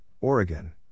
Oregon